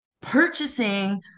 purchasing